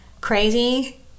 crazy